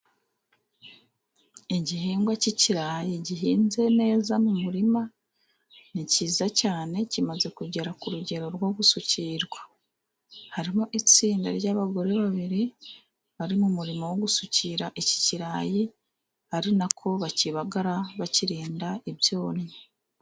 Igihingwa cy'ikirayi gihinze neza mu murima, ni cyiza cyane kimaze kugera ku rugero rwo gusukirwa, harimo itsinda ry'abagore babiri bari mu murimo wo gusukira iki kirayi, ari na ko bakibagara bakirinda ibyonnyi.